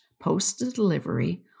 post-delivery